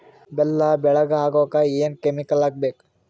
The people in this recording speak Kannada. ಬೆಲ್ಲ ಬೆಳಗ ಆಗೋಕ ಏನ್ ಕೆಮಿಕಲ್ ಹಾಕ್ಬೇಕು?